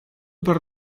per